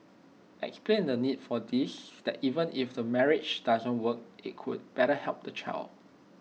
explain the need for this that even if the marriage doesn't work IT could better help the child